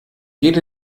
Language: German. geht